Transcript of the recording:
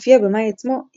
לפי הבמאי עצמו,